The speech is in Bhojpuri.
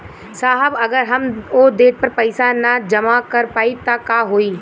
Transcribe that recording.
साहब अगर हम ओ देट पर पैसाना जमा कर पाइब त का होइ?